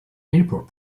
airport